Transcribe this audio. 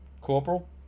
corporal